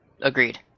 Agreed